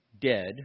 dead